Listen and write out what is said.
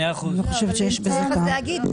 אני לא חושבת שיש בזה טעם.